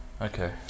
Okay